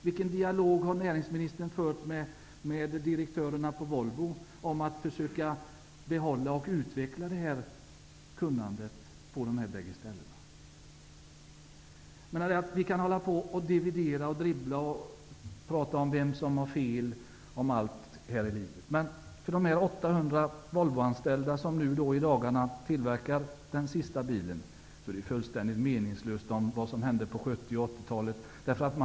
Vilken dialog har näringsministern fört med direktörerna på Volvo om att försöka behålla och utveckla kunnandet i dessa bägge fabriker? Vi har dividerat, dribblat och pratat om vem som har fel om allt här i livet. Men för de 800 Volvoanställda som nu i dag tillverkar den senaste bilen är vad som hände på 70 och 80-talen fullständigt meningslöst.